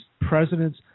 presidents